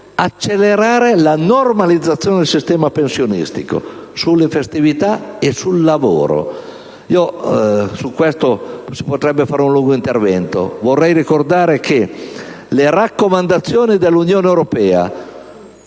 accelerare la normalizzazione del sistema pensionistico. Poi le misure sulle festività e sul lavoro.